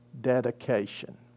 dedication